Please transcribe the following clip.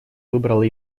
выбрал